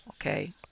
okay